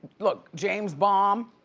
look, james bomb.